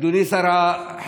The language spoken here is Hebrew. אדוני שר החינוך,